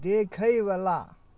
देखैवला